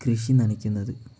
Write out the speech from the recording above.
കൃഷി നനയ്ക്കുന്നത്